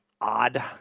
odd